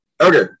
Okay